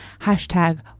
Hashtag